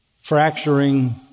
fracturing